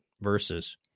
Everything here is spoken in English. verses